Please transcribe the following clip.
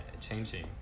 changing